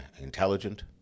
intelligent